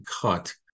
cut